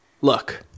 Look